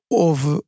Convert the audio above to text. houve